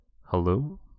Hello